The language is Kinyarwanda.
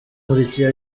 nkurikiye